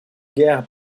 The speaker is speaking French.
guerre